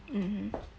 mmhmm